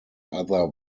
other